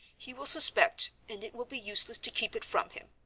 he will suspect, and it will be useless to keep it from him